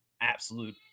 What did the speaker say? Absolute